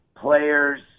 players